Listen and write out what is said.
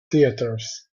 theatres